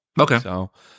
Okay